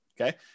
Okay